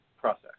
process